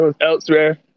Elsewhere